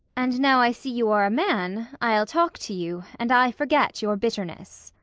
and now i see you are a man, i'll talke to you, and i forget your bitterness.